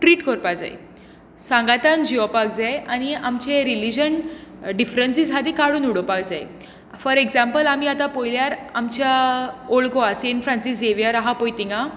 treat करपाक जाय सांगातान जियोपाक जाय आनी आमचे रिलीजन डिफरन्सिस आसा ती काडून उडोवपाक जाय फोर ऍक्जांपल आमी आतां पळयल्यार आमच्या Old Goa Saint Francis Xavier आसा पळय थंय